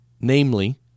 namely